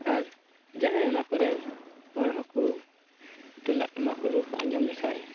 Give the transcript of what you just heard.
ᱟᱨ ᱡᱟᱦᱟᱸᱭ ᱚᱱᱟ ᱠᱚᱨᱮᱜ ᱦᱚᱲ ᱦᱚᱸᱠᱚ ᱛᱩᱢᱫᱟᱜ ᱴᱟᱢᱟᱠ ᱨᱩ ᱠᱚ ᱟᱸᱡᱚᱢ ᱞᱮᱠᱷᱟᱱ